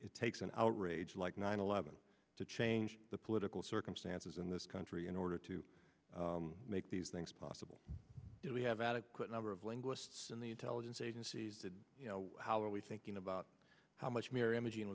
it takes an outrage like nine eleven to change the political circumstances in this country in order to make these things possible if we have adequate number of linguists in the intelligence agencies that you know how are we thinking about how much mirror imag